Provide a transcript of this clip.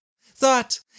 Thought